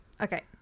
Okay